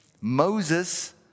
Moses